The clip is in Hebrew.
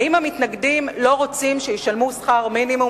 האם המתנגדים לא רוצים שישלמו שכר מינימום